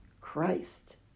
Christ